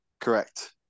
correct